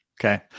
Okay